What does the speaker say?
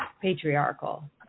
patriarchal